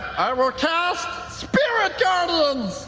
i will cast spirit guardians